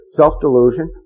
self-delusion